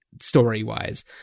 story-wise